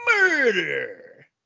murder